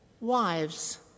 Wives